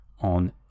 on